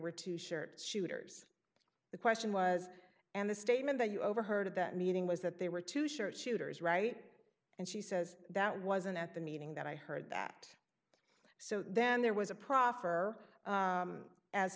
were two shirts shooters the question was and the statement you overheard at that meeting was that they were too short shooters right and she says that wasn't at the meeting that i heard that so then there was a proffer